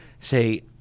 say